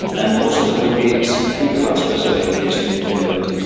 and mostly that when we speak about special education in finland,